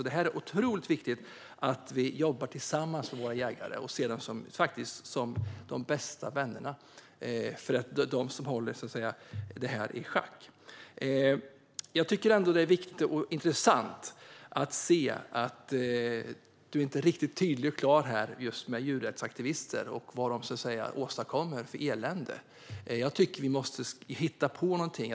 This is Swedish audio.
Det är alltså viktigt att vi jobbar tillsammans med våra jägare och faktiskt ser dem som de bästa vännerna. Det är de som håller det här i schack. Det är intressant att du inte är riktigt tydlig just när det gäller djurrättsaktivister och vilket elände de åstadkommer. Vi måste hitta på någonting.